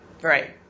Right